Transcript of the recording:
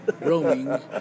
roaming